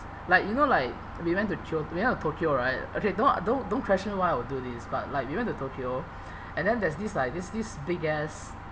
like you know like we went to kyo~ we went to tokyo right okay don't don't don't question why I would do this but like we went to tokyo and then there's this like this this big ass